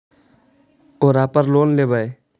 ओरापर लोन लेवै?